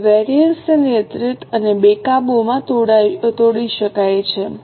હવે વેરિએન્સ ને નિયંત્રિત અને બેકાબૂ માં તોડી શકાય છે